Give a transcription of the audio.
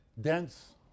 dense